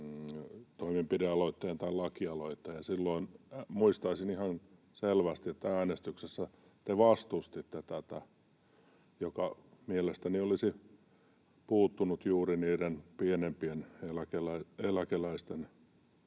muistan ihan selvästi, äänestyksessä te vastustitte tätä, [Timo Heinonen: Oho!] joka mielestäni olisi puuttunut juuri niiden pienimpien eläkeläisten